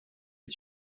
est